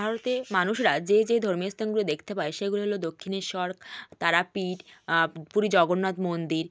ভারতে মানুষরা যে যে ধর্মীয় স্থানগুলি দেখতে পায় সেগুলি হলো দক্ষিণেশ্বর তারাপীঠ পুরীর জগন্নাথ মন্দির